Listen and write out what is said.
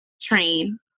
train